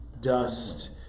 dust